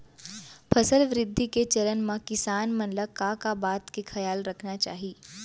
फसल वृद्धि के चरण म किसान मन ला का का बात के खयाल रखना चाही?